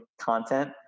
content